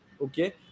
Okay